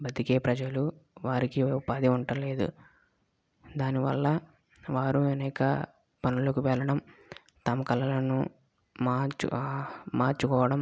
బతికే ప్రజలు వారికి ఉపాధి ఉండటం లేదు దానివల్ల వారు అనేక పనులకు వెళ్ళడం తమ కళలను మార్చు మార్చుకోవడం